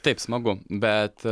taip smagu bet